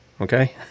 Okay